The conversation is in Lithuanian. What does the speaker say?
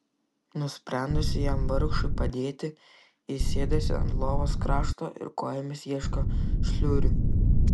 nusprendusi jam vargšui padėti ji sėdasi ant lovos krašto ir kojomis ieško šliurių